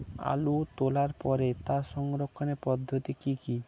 আলু তোলার পরে তার সংরক্ষণের পদ্ধতি কি কি?